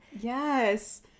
yes